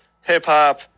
hip-hop